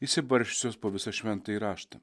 išsibarsčiusios po visą šventąjį raštą